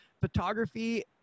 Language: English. photography